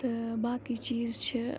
تہٕ باقٕے چیٖز چھِ